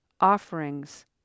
offerings